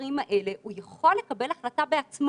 הדברים האלה הוא יכול לקבל החלטה בעצמו,